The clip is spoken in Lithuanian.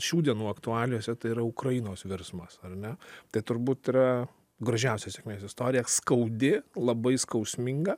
šių dienų aktualijose tai yra ukrainos virsmas ar ne tai turbūt yra gražiausia sėkmės istorija skaudi labai skausminga